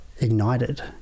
ignited